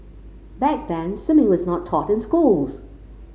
back then swimming was not taught in schools